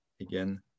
again